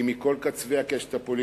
היא מכל קצווי הקשת הפוליטית.